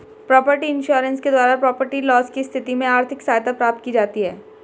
property insurance के द्वारा property loss की स्थिति में आर्थिक सहायता प्राप्त की जाती है